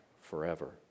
forever